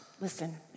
Listen